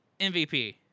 MVP